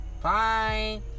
Bye